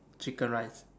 chicken rice